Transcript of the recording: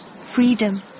Freedom